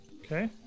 Okay